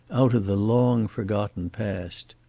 out of the long-forgotten past.